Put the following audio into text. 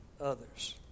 others